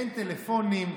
אין טלפונים,